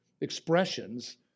expressions